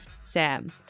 Sam